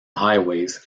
highways